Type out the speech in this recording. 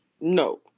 no